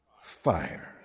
fire